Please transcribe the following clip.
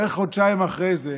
בערך חודשיים אחרי זה